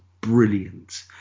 brilliant